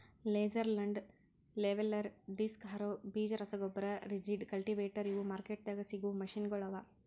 laser land leveller, disc harrow, ಬೀಜ ರಸಗೊಬ್ಬರ, rigid, cultivator ಇವು ಮಾರ್ಕೆಟ್ದಾಗ್ ಸಿಗವು ಮೆಷಿನಗೊಳ್ ಅವಾ